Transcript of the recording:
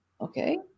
Okay